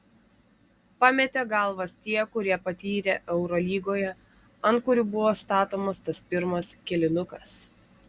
pametė galvas tie kurie patyrę eurolygoje ant kurių buvo statomas tas pirmas kėlinukas